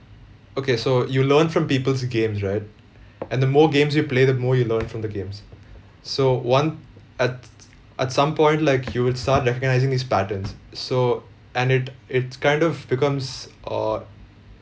okay so you learn from people's games right and the more games you play the more you learn from the games so one at t~ t~ at some point like you will start recognising these patterns so and it it's kind of becomes uh